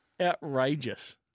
outrageous